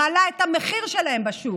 מעלה את המחיר שלהן בשוק,